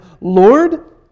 Lord